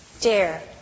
Dare